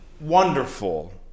wonderful